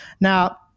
Now